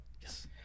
Yes